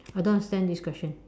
I don't understand this question